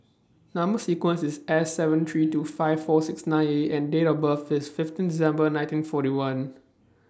Number sequence IS S seven three two five four six nine A and Date of birth IS fifteen December nineteen forty one